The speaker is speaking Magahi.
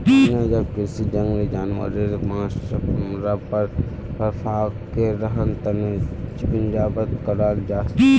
वन्यजीव कृषीत जंगली जानवारेर माँस, चमड़ा, फर वागैरहर तने पिंजरबद्ध कराल जाहा